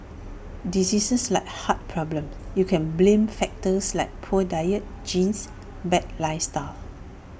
diseases like heart problems you can blame factors like poor diet genes bad lifestyle